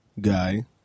guy